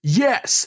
yes